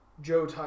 Joe